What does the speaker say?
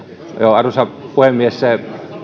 arvoisa rouva puhemies